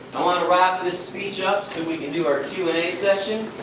i wanna rap this speech up, so we can do our q and a session.